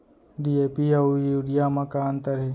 DAP अऊ urea म का अंतर हे?